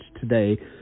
today